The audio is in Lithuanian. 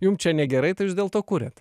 jum čia negerai tai jūs dėl to kuriat